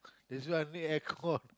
this one need air con